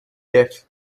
deaf